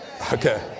Okay